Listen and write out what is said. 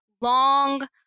long